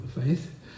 faith